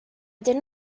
did